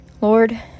lord